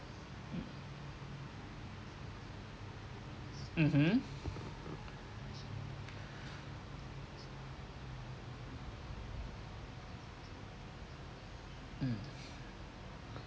mmhmm mm